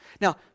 Now